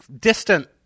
distant